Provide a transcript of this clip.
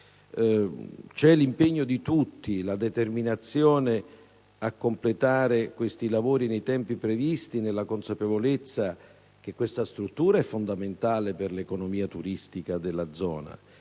C'è l'impegno e la determinazione di tutti a completare questi lavori nei tempi previsti, nella consapevolezza che questa struttura è fondamentale per l'economia turistica della zona